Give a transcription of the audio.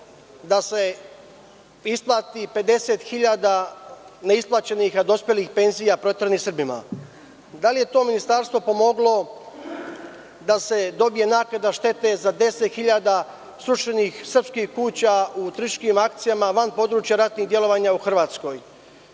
da se isplati 50.000 neisplaćenih, a dospelih penzija proteranim Srbima? Da li je to ministarstvo pomoglo da se dobije naknada štete za 10.000 srušenih srpskih kuća u terorističkim akcijama van područja ratnih delovanja u Hrvatskoj?